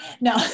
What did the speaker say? No